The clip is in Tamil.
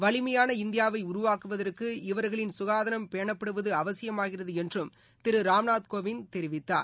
வலிமையான இந்தியாவை உருவாக்குவதற்கு இவர்களின் சுகாதாரம் பேணப்படுவது அவசியமாகிறது என்றும திரு ராம்நாத் கோவிந்த் தெரிவித்தர்